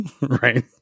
Right